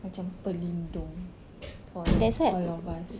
macam pelindung for like all of us